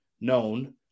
known